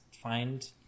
find